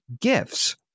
gifts